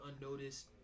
unnoticed